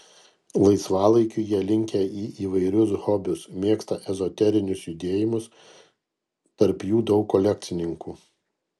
laisvalaikiu jie linkę į įvairius hobius mėgsta ezoterinius judėjimus tarp jų daug kolekcininkų